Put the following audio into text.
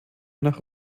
nach